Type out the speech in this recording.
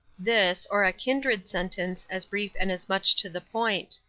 this, or a kindred sentence as brief and as much to the point.